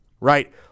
right